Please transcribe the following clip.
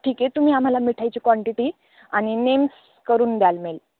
हा ठीक आहे तुम्ही आम्हाला मिठाईची क्वांटिटी आणि नेम्स करून द्याल मेल